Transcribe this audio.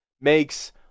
makes